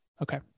Okay